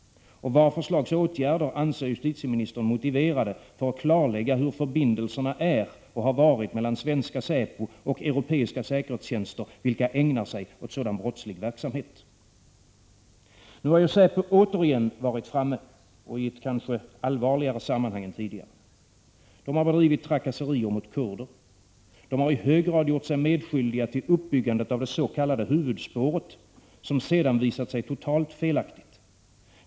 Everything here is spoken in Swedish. Och vad för slags åtgärder anser justitieministern motiverade för att klarlägga hur förbindelserna är och har varit mellan svenska säpo och europeiska säkerhetstjänster som ägnar sig åt sådan brottslig verksamhet? Nu har ju säpo återigen varit framme, i ett kanske allvarligare sammanhang än tidigare. Man har bedrivit trakasserier mot kurder. Man har i hög grad gjort sig medskyldig till uppbyggande av det s.k. huvudspåret, som sedan visat sig totalt felaktigt.